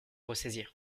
ressaisir